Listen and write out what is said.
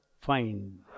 find